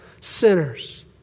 sinners